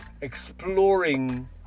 exploring